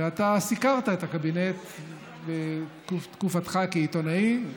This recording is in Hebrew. ואתה סיקרת את הקבינט בתקופתך כעיתונאי,